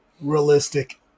realistic